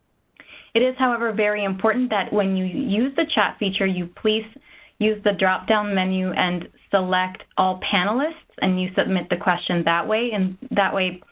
it is however very important that when you use the chat feature, you please use the drop down menu and select all panelists, and you submit the question that way. and that way,